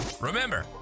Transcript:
remember